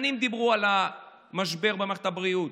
שנים דיברו על המשבר במערכת הבריאות.